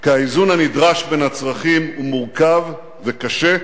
כי האיזון הנדרש בין הצרכים הוא מורכב וקשה,